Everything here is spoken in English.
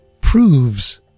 proves